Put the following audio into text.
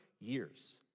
years